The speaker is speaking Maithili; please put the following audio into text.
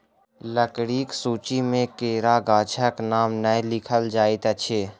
लकड़ीक सूची मे केरा गाछक नाम नै लिखल जाइत अछि